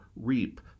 reap